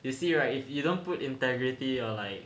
you see right if you don't put integrity or like